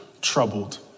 troubled